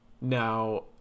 now